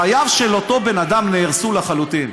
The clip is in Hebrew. חייו של אותו בן אדם נהרסו לחלוטין,